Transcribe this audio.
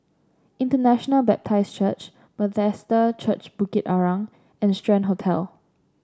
International Baptist Church Bethesda Church Bukit Arang and Strand Hotel